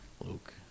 Luke